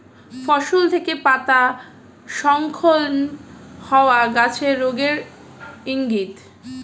ফসল থেকে পাতা স্খলন হওয়া গাছের রোগের ইংগিত